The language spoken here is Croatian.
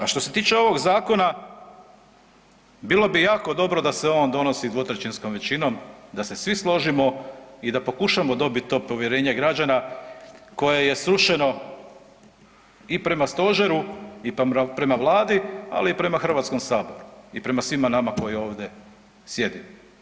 A što se tiče ovog zakona bilo bi jako dobro da se on donosi dvotrećinskom većinom da se svi složimo i da pokušamo dobiti to povjerenje građana koje je srušeno i prema stožeru, i prema Vladi, ali i prema Hrvatskom saboru i prema svima nama koji ovdje sjedimo.